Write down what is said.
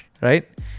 right